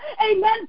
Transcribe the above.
Amen